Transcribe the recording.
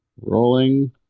Rolling